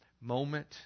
moment